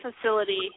facility